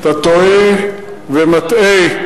אתה טועה ומטעה.